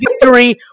victory